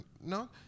No